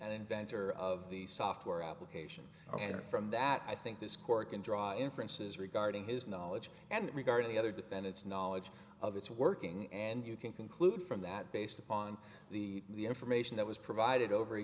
an inventor of the software application and from that i think this court can draw inferences regarding his knowledge and regard the other defendants knowledge of it's working and you can conclude from that based upon the information that was provided over